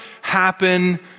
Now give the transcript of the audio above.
happen